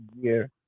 year